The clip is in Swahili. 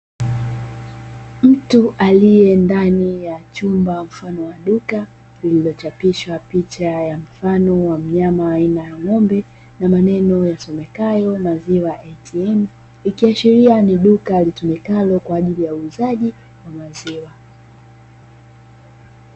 Mtu aliye ndani ya chumba mfano wa duka lililochapishwa picha mfano wa mnyama aina ya ng'ombe, na maneno ya yasomekayo "MAZIWA ATM" ,ikiashiria ni duka litumikalo kwa ajili ya uuzaji wa maziwa.